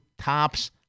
tops